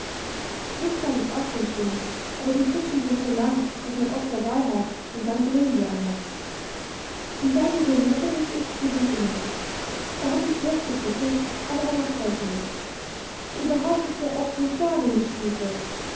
ist auch sehr schön aber die pritschen sind so lang daß man oft vorbeihaut und dann brillen die andern die seite wo miokovitsch ist gewinnt immer er hat die schwerste pritsche aber er macht selten mit überhaupt ist er oft nicht da wenn gespielt wird